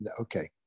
okay